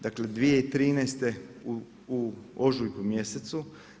Dakle, 2013. u ožujku mjesecu.